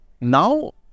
Now